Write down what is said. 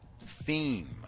theme